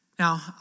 Now